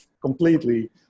completely